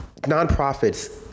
nonprofits